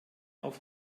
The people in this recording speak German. auf